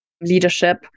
leadership